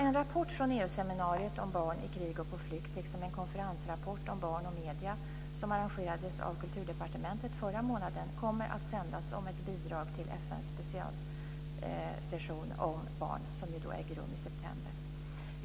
En rapport från EU-seminariet om barn i krig och på flykt liksom en konferensrapport om barn och medier som arrangerades av Kulturdepartementet förra månaden kommer att sändas som bidrag till FN:s specialsession om barn som äger rum i september.